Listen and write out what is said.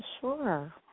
Sure